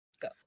Go